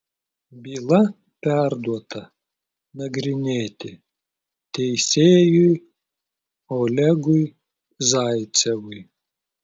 byla perduota nagrinėti teisėjui olegui zaicevui